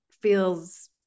feels